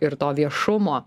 ir to viešumo